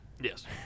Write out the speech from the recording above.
yes